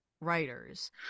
writers